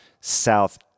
south